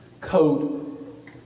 coat